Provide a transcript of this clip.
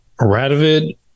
Radovid